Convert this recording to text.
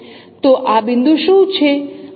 તો આ બિંદુ શું છે